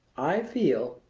i feel,